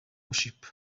worship